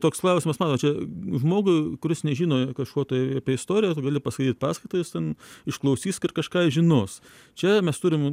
toks klausimas matot čia žmogui kuris nežino kažko tai apie istorijas gali paskaityt paskaitą jis ten išklausys ir kažką žinos čia mes turim